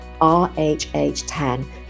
RHH10